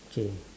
K